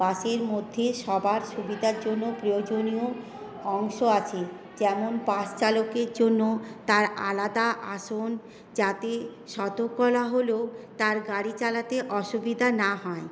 বাসের মধ্যে সবার সুবিধার জন্য প্রয়োজনীয় অংশ আছে যেমন বাসচালকের জন্য তার আলাদা আসন যাতে না হলেও তার গাড়ি চালাতে অসুবিধা না হয়